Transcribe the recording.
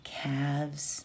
calves